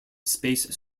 space